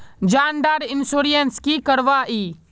जान डार इंश्योरेंस की करवा ई?